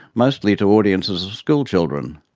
mostly to audiences of school children.